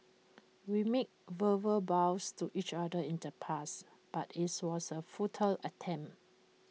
we made verbal vows to each other in the past but IT was A futile attempt